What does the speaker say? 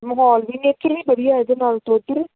ਮਾਹੌਲ ਦੀ ਨੇਚਰ ਵੀ ਵਧੀਆ ਇਹਦੇ ਨਾਲੋਂ ਤਾਂ ਉੱਧਰ